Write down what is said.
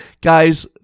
Guys